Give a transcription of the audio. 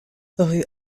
rue